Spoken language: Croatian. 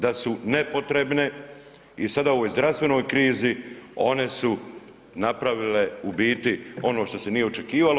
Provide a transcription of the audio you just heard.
Da su nepotrebne i sada u ovoj zdravstvenoj krizi one su napravile u biti ono što se nije očekivalo.